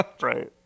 Right